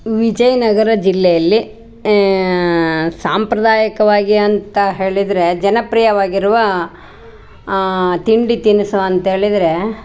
ವಿಜಯನಗರ ಜಿಲ್ಲೆಯಲ್ಲಿ ಸಾಂಪ್ರದಾಯಿಕವಾಗಿ ಅಂತ ಹೇಳಿದರೆ ಜನಪ್ರಿಯವಾಗಿರುವ ತಿಂಡಿ ತಿನಿಸು ಅಂತೇಳಿದರೆ